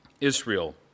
Israel